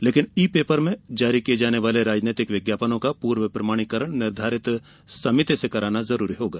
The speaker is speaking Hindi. लेकिन ई पेपर में जारी किये जाने वाले राजनीतिक विज्ञापनों का पूर्व प्रमाणीकरण निर्धारित समिति से कराना अनिवार्य होगा